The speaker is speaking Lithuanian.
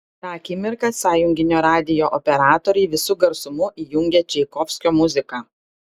tą akimirką sąjunginio radijo operatoriai visu garsumu įjungė čaikovskio muziką